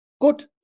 good